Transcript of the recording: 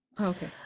Okay